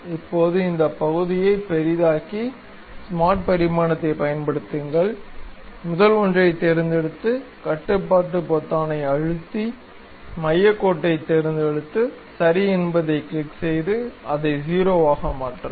இப்போது இந்த பகுதியியை பெரிதாக்கி ஸ்மார்ட் பரிமாணத்தைப் பயன்படுத்துங்கள் முதல் ஒன்றைத் தேர்ந்தெடுத்து கட்டுப்பாட்டு பொத்தானை அழுத்தி மையக் கோட்டைத் தேர்ந்தெடுத்து சரி என்பதைக் கிளிக் செய்து அதை 0 ஆக மாற்றவும்